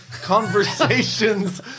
conversations